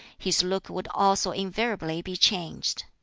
his look would also invariably be changed.